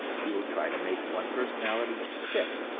he will try to make one personality stick,